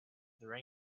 there